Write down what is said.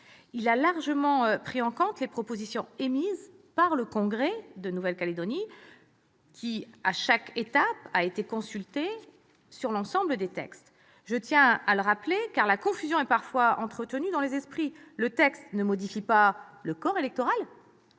Il a largement pris en compte les propositions émises par le congrès de la Nouvelle-Calédonie, consulté à chaque étape sur l'ensemble des textes. Je tiens à le rappeler, car la confusion est parfois entretenue dans les esprits : le présent texte ne modifie pas le corps électoral,